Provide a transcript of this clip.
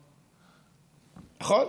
נכון?